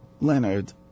Leonard